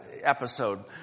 episode